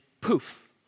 poof